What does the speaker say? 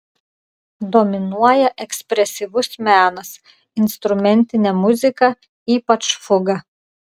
dominuoja ekspresyvus menas instrumentinė muzika ypač fuga